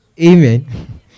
Amen